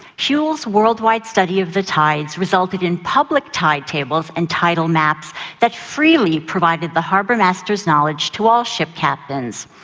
whewell's worldwide study of the tides resulted in public tide tables and tidal maps that freely provided the harbour masters' knowledge to all ship captains.